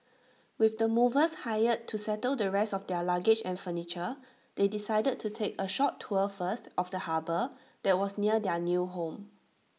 with the movers hired to settle the rest of their luggage and furniture they decided to take A short tour first of the harbour that was near their new home